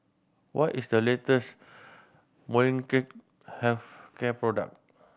what is the latest Molnylcke Health Care product